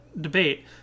Debate